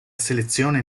selezione